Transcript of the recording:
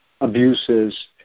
abuses